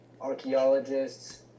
archaeologists